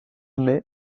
mai